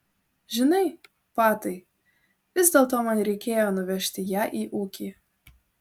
žinai patai vis dėlto man reikėjo nuvežti ją į ūkį